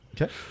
Okay